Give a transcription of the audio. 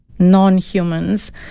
non-humans